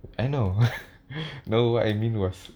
I know no I mean was